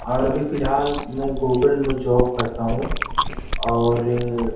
اور ابھی فی الحال میں گوگل میں جاب کرتا ہوں اور